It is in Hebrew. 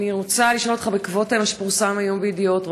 אני רוצה לשאול אותך בעקבות מה שפורסם היום בידיעות,